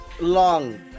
long